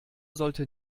sollte